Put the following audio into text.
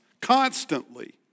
constantly